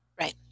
Right